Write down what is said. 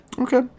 Okay